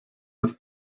ist